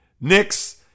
Knicks